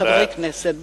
חברי הכנסת,